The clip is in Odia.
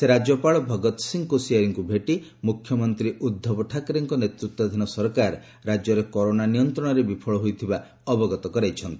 ସେ ରାଜ୍ୟପାଳ ଭଗତ ସିଂ କୋଶିଆରୀଙ୍କୁ ଭେଟି ମୁଖ୍ୟମନ୍ତ୍ରୀ ଉଦ୍ଧବ ଠାକରେଙ୍କ ନେତୃତ୍ୱାଧୀନ ସରକାର ରାଜ୍ୟରେ କରୋନା ନିୟନ୍ତ୍ରଣରେ ବିଫଳ ହୋଇଥିବା ଅବଗତ କରାଇଛନ୍ତି